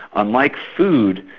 unlike food.